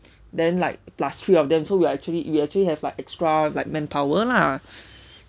then like plus three of them so we are actually we actually have like extra like manpower lah